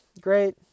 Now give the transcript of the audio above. great